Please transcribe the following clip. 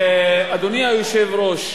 אדוני היושב-ראש,